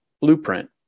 blueprint